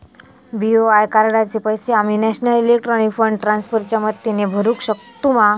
BOI कार्डाचे पैसे आम्ही नेशनल इलेक्ट्रॉनिक फंड ट्रान्स्फर च्या मदतीने भरुक शकतू मा?